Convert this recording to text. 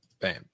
bam